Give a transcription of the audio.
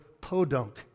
podunk